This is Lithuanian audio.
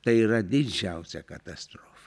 tai yra didžiausia katastrofa